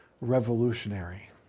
revolutionary